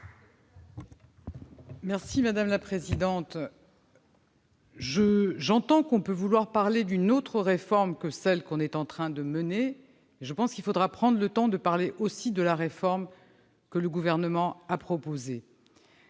est à Mme la ministre. J'entends que l'on puisse vouloir parler d'une autre réforme que celle que l'on est en train de mener. Néanmoins, il faudra prendre le temps de parler aussi de la réforme que le Gouvernement a proposée.